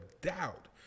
doubt